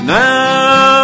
now